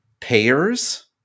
payers